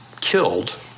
killed